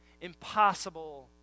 impossible